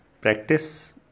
practice